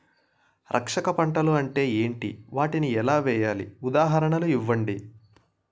రక్షక పంటలు అంటే ఏంటి? వాటిని ఎలా వేయాలి? ఉదాహరణలు ఇవ్వండి?